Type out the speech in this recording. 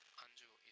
anju,